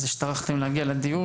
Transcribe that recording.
על זה שטרחתם להגיע לדיון.